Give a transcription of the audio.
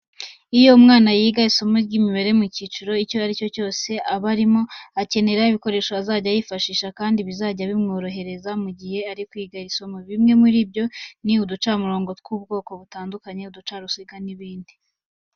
Iyo umwana yiga isomo ry'imibare mu cyiciro icyo ari cyo cyose aba arimo, akenera ibikoresho azajya yifashisha kandi bizajya bimworohereza mu gihe ari kwiga iri somo, bimwe muri byo ni uducamurongo tw'ubwoko butandukanye, uducaruziga, n'ibindi.